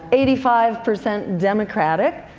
eighty five percent democratic,